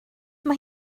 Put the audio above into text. mae